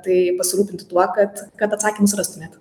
tai pasirūpinti tuo kad kad atsakymus rastumėt